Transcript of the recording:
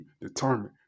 determined